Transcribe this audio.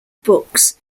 books